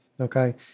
Okay